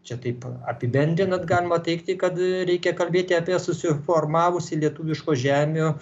čia taip apibendrinant galima teigti kad reikia kalbėti apie susiformavusį lietuviškų žemių